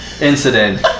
incident